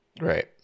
right